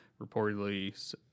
reportedly